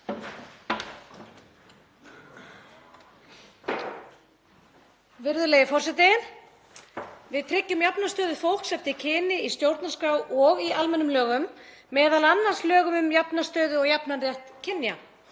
Virðulegi forseti. Við tryggjum jafna stöðu fólks eftir kyni í stjórnarskrá og í almennum lögum, m.a. lögum um jafna stöðu og jafnan rétt kynja.